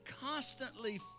constantly